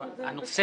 והנושא